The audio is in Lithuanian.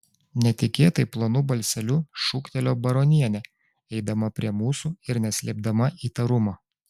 netikėtai plonu balseliu šūktelėjo baronienė eidama prie mūsų ir neslėpdama įtarumo